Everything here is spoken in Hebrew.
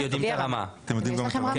יש לכם רמות?